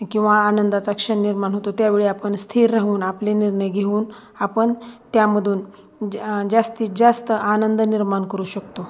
किंवा आनंदाचा क्षण निर्माण होतो त्यावेळी आपण स्थिर राहून आपले निर्णय घेऊन आपण त्यामधून जा जास्तीत जास्त आनंद निर्माण करू शकतो